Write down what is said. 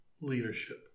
leadership